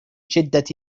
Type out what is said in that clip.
شدة